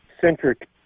Centric